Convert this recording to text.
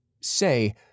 Say